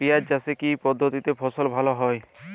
পিঁয়াজ চাষে কি পদ্ধতিতে ফলন ভালো হয়?